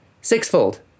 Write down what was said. Sixfold